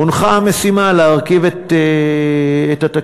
הונחה המשימה להרכיב את התקציב.